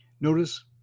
notice